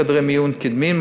חדרי מיון קדמיים,